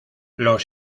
los